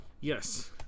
Yes